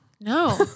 No